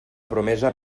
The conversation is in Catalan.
promesa